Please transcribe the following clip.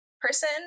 person